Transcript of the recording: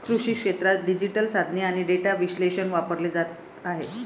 कृषी क्षेत्रात डिजिटल साधने आणि डेटा विश्लेषण वापरले जात आहे